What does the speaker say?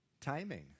Timing